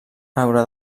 haurà